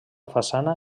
façana